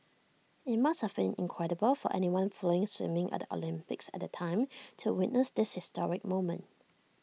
IT must have been incredible for anyone following swimming at the Olympics at the time to witness this historic moment